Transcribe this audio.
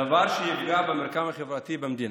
דבר שיפגע במרקם החברתי במדינה.